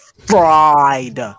fried